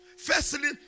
firstly